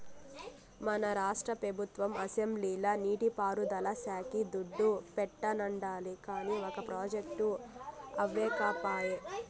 మన రాష్ట్ర పెబుత్వం అసెంబ్లీల నీటి పారుదల శాక్కి దుడ్డు పెట్టానండాది, కానీ ఒక ప్రాజెక్టు అవ్యకపాయె